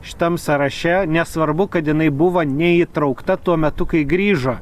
šitam sąraše nesvarbu kad jinai buvo neįtraukta tuo metu kai grįžo